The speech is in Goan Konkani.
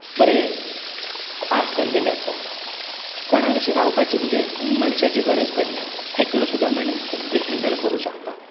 बरें फास्ट जाल्लें आसा कोणाक अशें रावपाचें म्हणजे मनशाची गरज पडना एकलो सुद्दां मनीस सगळें हँडल करूंक शकता